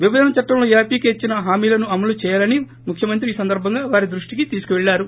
విభజన చట్టంలో ఏపీకి ఇచ్చిన హామీలను అమలు చేయాలని ముక్య మంత్రి ఈ సందర్బం గా వారి దృష్టికి తీసుకెళ్లారు